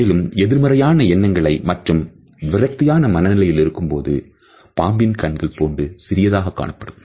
மேலும் எதிர்மறையான எண்ணங்களை மற்றும் விரக்தியான மன நிலை இருக்கும் பொழுது பாம்பின் கண்கள் போன்று சிறிதாகக் காணப்படும்